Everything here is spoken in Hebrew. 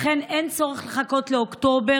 ולכן אין צורך לחכות לאוקטובר.